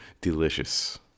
delicious